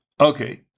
Okay